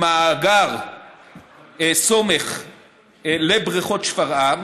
ממאגר סומך לבריכות שפרעם,